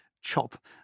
chop